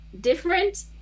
Different